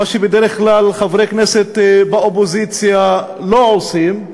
מה שבדרך כלל חברי כנסת באופוזיציה לא עושים,